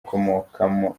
akomokamo